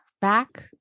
back